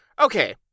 okay